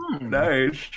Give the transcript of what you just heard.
nice